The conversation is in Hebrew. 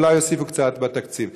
ואולי יוסיפו קצת בתקציב.